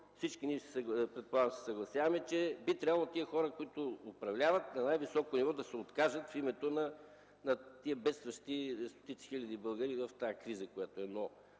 всички ние, предполагам, се съгласяваме, че би трябвало тези хора, които управляват на най-високо ниво, да се откажат в името на бедстващите стотици хиляди българи в тази криза. Но трябва